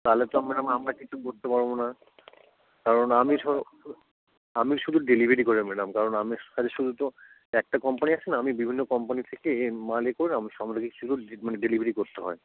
তাহলে তো ম্যাম আমরা কিছু করতে পারবো না কারণ আমি সো আমি শুধু ডেলিভারি করি ম্যাডাম কারণ আমার কাছে শুধু তো একটা কম্পানি আসে না আমি বিভিন্ন কম্পানি থেকে মাল এ করে আমি সব জিনিসগুলো মানে ডেলিভারি করতাম আর